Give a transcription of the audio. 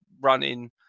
running